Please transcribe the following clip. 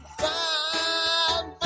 find